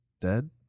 dead